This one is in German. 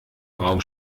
raum